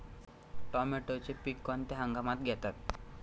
टोमॅटोचे पीक कोणत्या हंगामात घेतात?